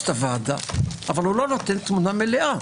את הוועדה אבל לא נותן תמונה מלאה.